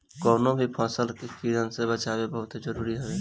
कवनो भी फसल के कीड़न से बचावल बहुते जरुरी हवे